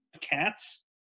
Cats